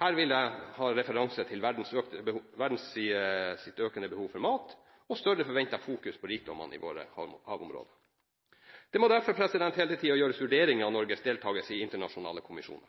Her vil jeg ha referanse til verdens økende behov for mat og større forventet fokusering på rikdommene i våre havområder. Det må derfor hele tiden gjøres vurderinger av Norges deltagelse i internasjonale kommisjoner.